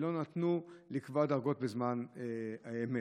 שלא נתנו לקבוע דרגות בזמן אמת,